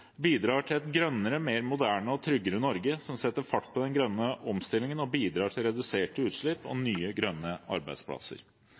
bidrar til et grønnere, mer moderne og tryggere Norge, som setter fart på den grønne omstillingen og bidrar til reduserte utslipp og